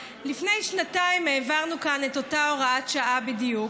לפני שנתיים העברנו כאן את אותה הוראת שעה בדיוק,